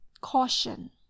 caution